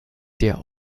der